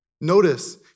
Notice